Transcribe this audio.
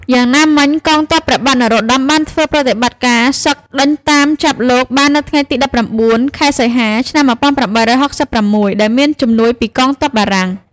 យ៉ាងណាមិញ កងទ័ពព្រះបាទនរោត្តមបានធ្វើប្រតិបត្តិការសឹកដេញតាមចាប់លោកបាននៅថ្ងៃទី ១៩ ខែសីហា ឆ្នាំ ១៨៦៦ំដោយមានជំនួយពីកងទ័ពបារាំង ។